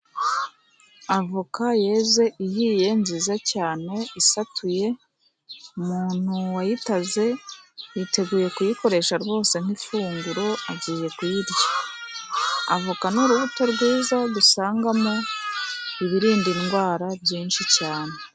Avoka yeze ihiye nziza cyane isatuye umuntu wayitaze yiteguye kuyikoresha rwose nk'ifunguro agiye kuyirya avoka n'urubuto rwiza dusangamo ibirinda indwara byinshi cyane.